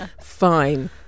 Fine